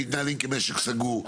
הם מתנהלים כמשק סגור,